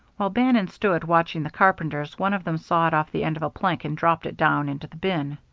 while bannon stood watching the carpenters, one of them sawed off the end of a plank and dropped it down into the bin.